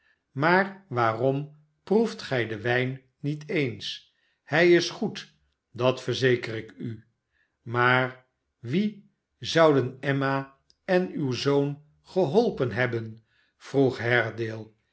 maar waarom proeft gij den wijn niet eens hij is goed dat verzeker ik u maar wie zouden emma en uw zoon geholpen hebben vroeg